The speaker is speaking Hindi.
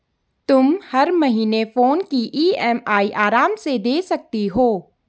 तुम हर महीने फोन की ई.एम.आई आराम से दे सकती हो